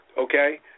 okay